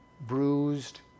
bruised